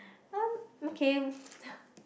um okay